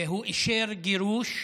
הוא אישר גירוש,